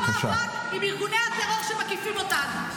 את כל המאבק, עם ארגוני הטרור שמקיפים אותנו.